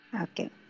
Okay